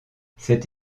cette